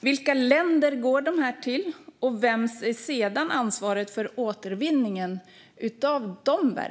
Vilka länder går dessa verk till, och vems är sedan ansvaret för återvinningen av dem?